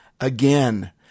again